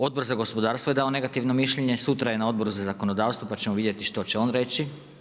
Odbor za gospodarstvo je dao negativno mišljenje, sutra je na Odboru za zakonodavstvo pa ćemo vidjeti šta će on reći.